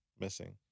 missing